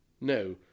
No